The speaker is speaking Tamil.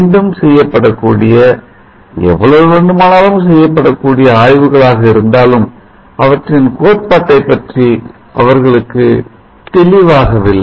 மீண்டும் செய்யப்படக்கூடிய எவ்வளவு வேண்டுமானாலும் செய்யப்படக்கூடிய ஆய்வுகளாக இருந்தாலும் அவற்றின் கோட்பாடை பற்றி அவர்களுக்கு தெளிவாகவில்லை